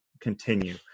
continue